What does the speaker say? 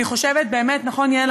אני חושבת, נכון, יעל?